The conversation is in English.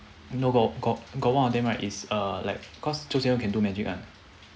no got got got one of them right is err like cause xiao jing teng can do magic [one]